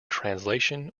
translation